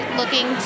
looking